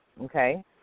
okay